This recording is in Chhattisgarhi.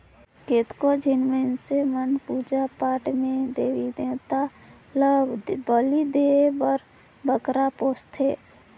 कतको झिन मइनसे मन हर पूजा पाठ में देवी देवता ल बली देय बर बोकरा पोसथे